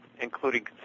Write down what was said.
including